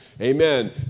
Amen